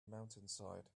mountainside